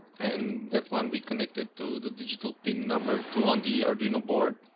and that one we connected to the digital pin number two on the arduino board